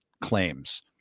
claims